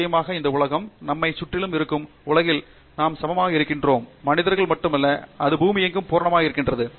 நிச்சயமாக இந்த உலகம் நம்மை சுற்றிலும் இருக்கும் உலகில் நாம் சமமாக இருக்கிறோம் மனிதர்கள் மட்டுமல்ல அது பூமியெங்கும் பூரணமாக இருக்கிறது